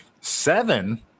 seven